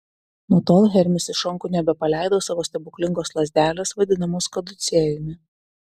nuo tol hermis iš rankų nebepaleido savo stebuklingos lazdelės vadinamos kaducėjumi